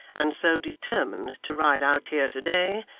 and so determined to ride out here to-day,